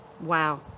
Wow